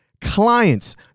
clients